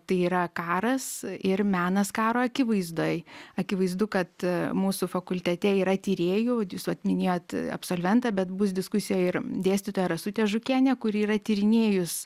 tai yra karas ir menas karo akivaizdoj akivaizdu kad mūsų fakultete yra tyrėjų jūs vat minėjot absolventą bet bus diskusijoj ir dėstytoja rasutė žukienė kuri yra tyrinėjus